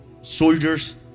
soldiers